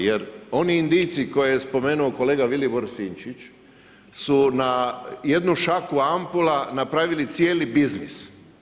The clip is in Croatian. Jer oni Indijci koje je spomenuo kolega Vilibor Sinčić su na jednu šaku ampula napravili cijeli biznis.